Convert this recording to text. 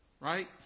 right